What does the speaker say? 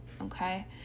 okay